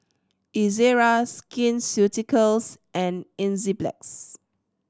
Ezerra Skin Ceuticals and Enzyplex